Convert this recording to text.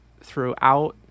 throughout